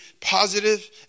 positive